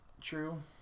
True